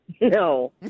No